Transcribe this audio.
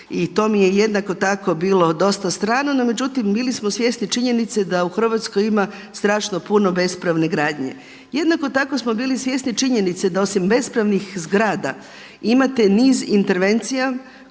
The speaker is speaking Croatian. i to mi je jednako bilo dosta strano, no međutim bili smo svjesni činjenice da u Hrvatskoj ima strašno puno bespravne gradnje. Jednako tako smo bili svjesni činjenice da osim bespravnih zgrada imate niz intervencija